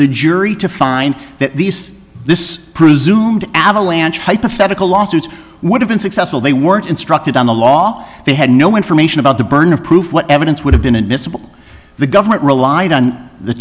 the jury to find that these this presumed avalanche hypothetical lawsuit would have been successful they weren't instructed on the law they had no information about the burden of proof what evidence would have been admissible the government relied on the